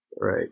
right